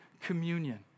communion